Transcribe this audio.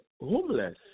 homeless